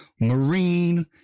Marine